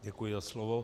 Děkuji za slovo.